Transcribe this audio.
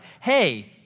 hey